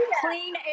clean